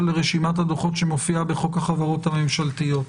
לרשימת הדוחות שמופיעה בחוק החברות הממשלתיות.